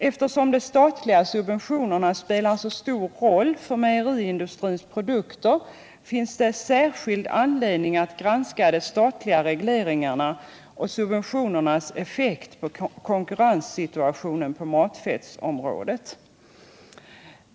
Eftersom de statliga subventionerna spelar en så stor roll för mejeriindustrins produkter, finns det en särskild anledning att granska de statliga regleringarna och subventionernas effekt på konkurrenssituationen på matfettsområdet.